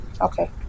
Okay